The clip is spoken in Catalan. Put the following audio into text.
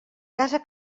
casa